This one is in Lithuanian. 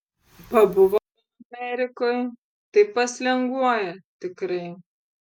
pabuvo amerikoj tai paslenguoja tikrai